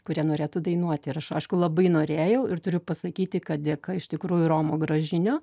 kurie norėtų dainuoti ir aš aišku labai norėjau ir turiu pasakyti kad dėka iš tikrųjų romo gražinio